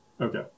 Okay